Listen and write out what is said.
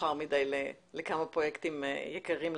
מאוחר מדי לכמה פרויקטים יקרים לנו.